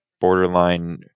borderline